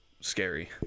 scary